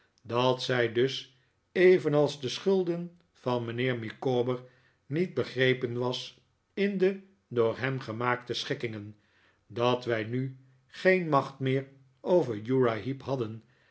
dat zij dus evenals de schulden van mijnheer micawber niet begrepen was in de door hem gemaakte schikkingen dat wij nu geen macht meer over uriah heep hadden